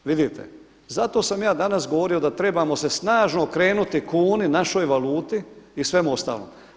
Vidite zato sam ja danas govorio da trebamo se snažno okrenuti kuni, našoj valuti i svemu ostalom.